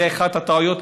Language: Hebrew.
זו אחת הטעויות,